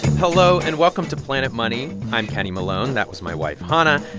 hello, and welcome to planet money. i'm kenny malone. that was my wife, hannah.